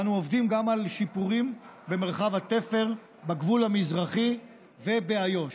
אנו עובדים גם על שיפורים במרחב התפר בגבול המזרחי ובאיו"ש.